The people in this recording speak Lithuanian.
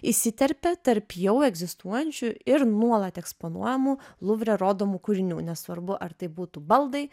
įsiterpia tarp jau egzistuojančių ir nuolat eksponuojamų luvre rodomų kūrinių nesvarbu ar tai būtų baldai